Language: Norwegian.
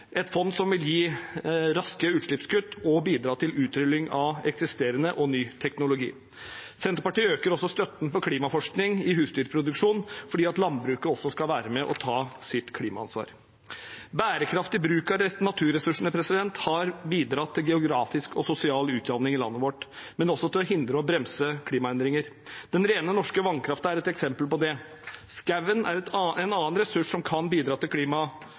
et fond som vil gi raske utslippskutt og bidra til utrulling av eksisterende og ny teknologi. Senterpartiet øker også støtten til klimaforskning i husdyrproduksjonen for at også landbruket skal være med og ta klimaansvar. Bærekraftig bruk av naturressursene har bidratt til geografisk og sosial utjevning i landet vårt, men også til å hindre eller å bremse klimaendringer. Den rene norske vannkraften er et eksempel på det. Skogen er en annen ressurs som kan bidra til